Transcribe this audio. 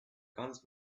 guns